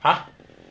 !huh!